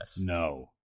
No